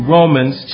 Romans